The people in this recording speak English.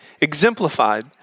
exemplified